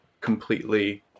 completely